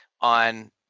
on –